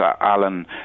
Alan